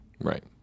Right